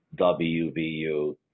WVU